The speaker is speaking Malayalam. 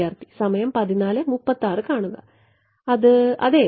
അത് അതെ